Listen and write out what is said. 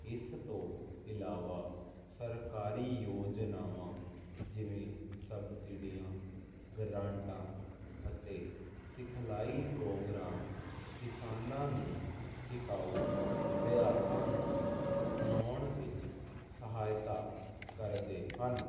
ਇਸ ਤੋਂ ਇਲਾਵਾ ਸਰਕਾਰੀ ਯੋਜਨਾਵਾਂ ਜਿਵੇਂ ਸਬਸਿਡੀਆਂ ਗਰਾਂਟਾ ਅਤੇ ਸਿਖਲਾਈ ਪ੍ਰੋਗਰਾਮ ਕਿਸਾਨਾਂ ਨੂੰ ਟਿਕਾਊ ਅਭਿਆਸਾਂ ਨੂੰ ਅਪਣਾਉਣ ਵਿੱਚ ਸਹਾਇਤਾ ਕਰਦੇ ਹਨ